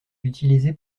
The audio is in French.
utilisé